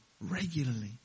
regularly